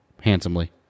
handsomely